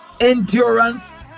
endurance